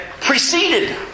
preceded